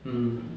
mm